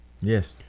yes